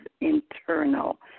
internal